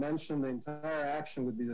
mentioning faction would be